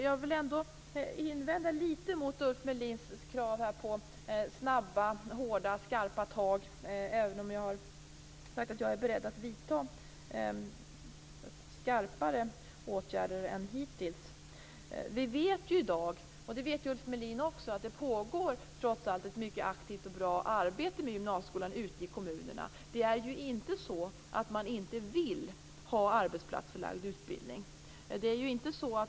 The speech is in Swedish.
Jag vill invända litet mot Ulf Melins krav på snabba hårda skarpa tag, även om jag har sagt att jag är beredd att vidta skarpare åtgärder än hittills. Vi vet i dag - och det vet Ulf Melin också - att det trots allt pågår ett mycket aktivt och bra arbete med gymnasieskolan ute i kommunerna. Det är inte så att man inte vill ha arbetsplatsförlagd utbildning.